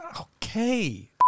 Okay